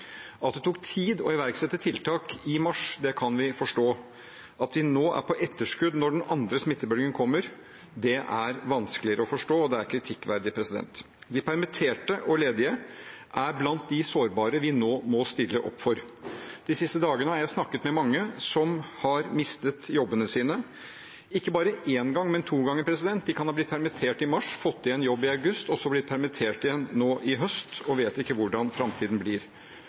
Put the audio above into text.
At det tok tid å iverksette tiltak i mars, kan vi forstå. At vi nå er på etterskudd, når den andre smittebølgen kommer, er vanskeligere å forstå, og det er kritikkverdig. De permitterte og ledige er blant de sårbare vi nå må stille opp for. De siste dagene har jeg snakket med mange som har mistet jobbene sine, ikke bare én gang, men to ganger. De kan ha blitt permittert i mars, fått igjen jobben i august og så blitt permittert igjen nå i høst, og vet ikke hvordan framtiden blir.